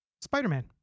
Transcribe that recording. Spider-Man